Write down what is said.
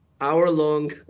hour-long